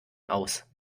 aus